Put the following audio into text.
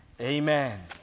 Amen